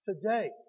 today